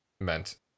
meant